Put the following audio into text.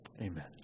Amen